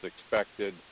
expected